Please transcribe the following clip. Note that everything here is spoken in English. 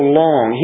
long